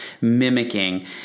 mimicking